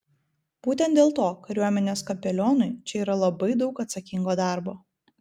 būtent dėl to kariuomenės kapelionui čia yra labai daug atsakingo darbo